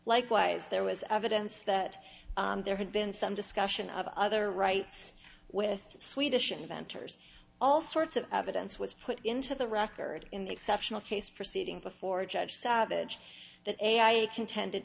likewise there was evidence that there had been some discussion of other rights with swedish inventors all sorts of evidence was put into the record in the exceptional case proceeding before judge savage that a i had contended